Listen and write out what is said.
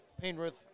Penrith